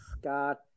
Scott